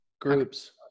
Groups